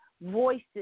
voices